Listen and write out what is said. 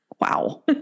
Wow